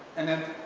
and then,